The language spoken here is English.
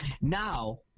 Now